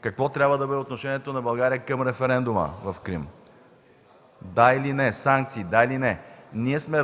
какво трябва да бъде отношението на България към референдума в Крим – „да” или „не” санкции. Да или не! Ние сме